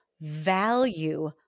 value